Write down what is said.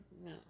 No